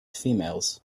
females